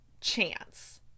chance